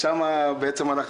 כי בכל פעם אתה מצטט לנו.